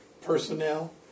personnel